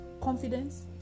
confidence